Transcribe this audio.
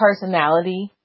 personality